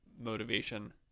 motivation